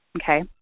okay